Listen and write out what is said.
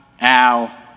Al